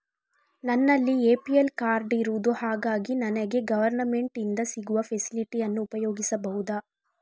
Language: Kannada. ನನ್ನಲ್ಲಿ ಎ.ಪಿ.ಎಲ್ ಕಾರ್ಡ್ ಇರುದು ಹಾಗಾಗಿ ನನಗೆ ಗವರ್ನಮೆಂಟ್ ಇಂದ ಸಿಗುವ ಫೆಸಿಲಿಟಿ ಅನ್ನು ಉಪಯೋಗಿಸಬಹುದಾ?